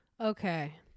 Okay